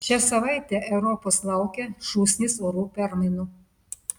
šią savaitę europos laukia šūsnis orų permainų